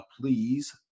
please